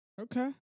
Okay